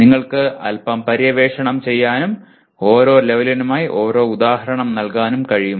നിങ്ങൾക്ക് അൽപ്പം പര്യവേക്ഷണം ചെയ്യാനും ഓരോ ലെവലിനുമായി ഒരു ഉദാഹരണം നൽകാനും കഴിയുമോ